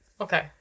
Okay